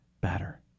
better